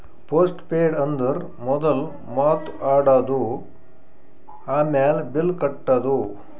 post paid ಅಂದುರ್ ಮೊದುಲ್ ಮಾತ್ ಆಡದು, ಆಮ್ಯಾಲ್ ಬಿಲ್ ಕಟ್ಟದು